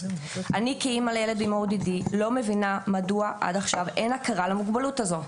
אני כאימא לילד עם ODD לא מבינה מדוע עד עכשיו אין הכרה במוגבלות הזאת,